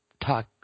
talk